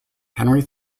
henry